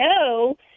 no